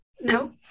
No